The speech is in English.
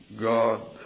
God